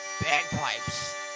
Bagpipes